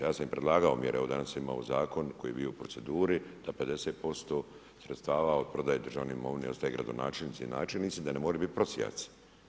Ja sam predlagao mjere, evo danas imamo zakon koji je bio u proceduri da 50% sredstava od prodaje državne imovine ostaje gradonačelnici i načelnici da ne moraju biti prosjaci.